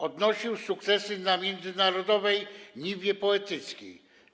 Odnosił sukcesy na międzynarodowej niwie poetyckiej.